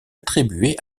attribuée